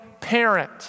parent